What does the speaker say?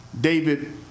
David